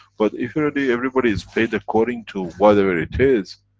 but if you're already. everybody's paid according to whatever it is,